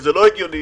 זה לא הגיוני,